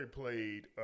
played